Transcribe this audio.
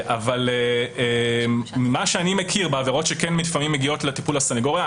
דרך עבירות שכן מגיעות לטיפול הסנגוריה,